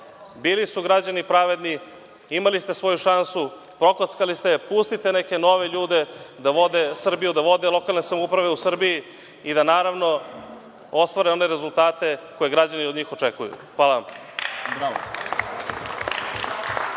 bili su građani pravedni, imali ste svoju šansu, prokockali ste je, pustite neke nove ljude da vode Srbiju, da vode lokalne samouprave u Srbiji i da naravno ostvare one rezultate koje građani od njih očekuju. Hvala.